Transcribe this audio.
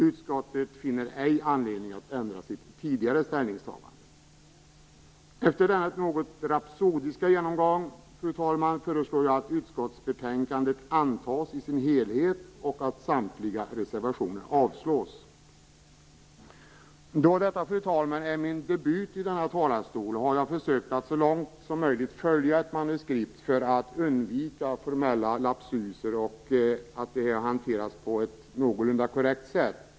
Utskottet finner ej anledning att ändra sitt tidigare ställningstagande. Efter denna något rapsodiska genomgång, fru talman, föreslår jag att utskottets förslag antas i sin helhet och att samtliga reservationer avslås. Då detta, fru talman, är min debut i denna talarstol har jag försökt att så långt som möjligt följa ett manuskript för att undvika formella lapsusar och se till att det här hanteras på ett någorlunda korrekt sätt.